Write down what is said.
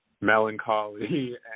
melancholy